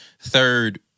third